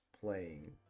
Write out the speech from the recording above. playing